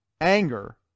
Anger